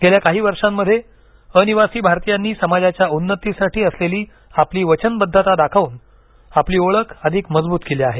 गेल्या काही वर्षांमध्ये अनिवासी भारतीयांनी समाजाच्या उन्नतीसाठी असलेली आपली वचनबद्धता दाखवून आपली ओळख अधिक मजबूत केली आहे